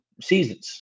seasons